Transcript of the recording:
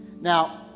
Now